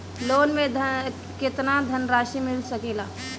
Loan मे केतना धनराशी मिल सकेला?